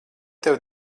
tev